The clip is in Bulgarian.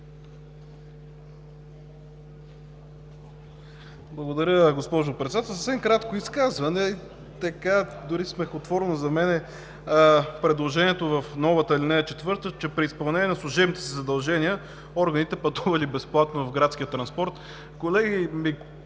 Благодаря, госпожо Председател. Съвсем кратко изказване, дори смехотворно за мен е предложението в новата ал. 4, че: при изпълнение на служебните си задължения органите пътували безплатно в градския транспорт. Колеги,